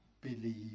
believe